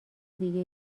دیگه